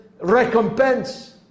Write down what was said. recompense